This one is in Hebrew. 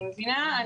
אני מבינה.